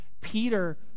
Peter